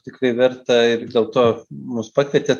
tikrai verta ir dėl to mus pakvietė